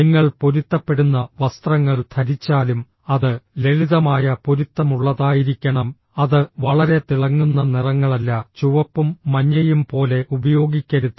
നിങ്ങൾ പൊരുത്തപ്പെടുന്ന വസ്ത്രങ്ങൾ ധരിച്ചാലും അത് ലളിതമായ പൊരുത്തമുള്ളതായിരിക്കണം അത് വളരെ തിളങ്ങുന്ന നിറങ്ങളല്ല ചുവപ്പും മഞ്ഞയും പോലെ ഉപയോഗിക്കരുത്